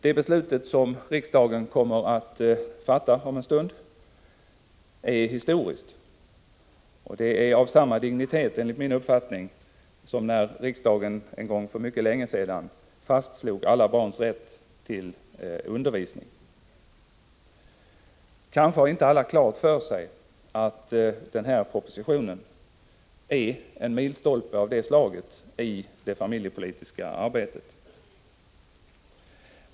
Det beslut som riksdagen kommer att fatta om en stund är historiskt, och det har enligt min uppfattning samma dignitet som det beslut som riksdagen en gång för mycket länge sedan fattade när man fastslog alla barns rätt till undervisning. Kanske har inte alla klart för sig att den här propositionen är en milstolpe av det slaget i det familjepolitiska arbetet.